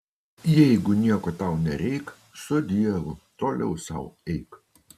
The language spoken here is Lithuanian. jeigu nieko tau nereik su dievu toliau sau eik